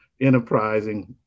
enterprising